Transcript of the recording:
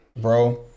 Bro